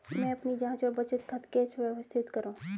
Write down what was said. मैं अपनी जांच और बचत खाते कैसे व्यवस्थित करूँ?